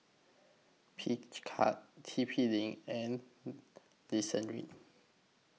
Picard T P LINK and Listerine